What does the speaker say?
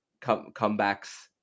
comebacks